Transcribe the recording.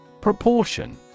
Proportion